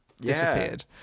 disappeared